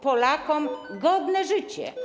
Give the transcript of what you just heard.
Polakom godne życie?